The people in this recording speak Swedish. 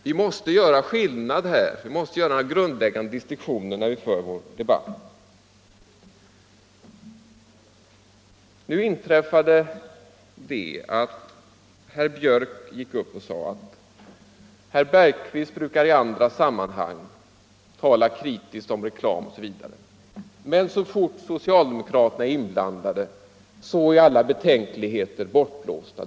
Vi måste göra grundläggande distinktioner när vi för vår debatt. Herr Björck gick upp och sade att herr Bergqvist brukar i andra sammanhang tala kritiskt om reklam osv., men så fort socialdemokraterna är inblandade är alla betänkligheter bortblåsta.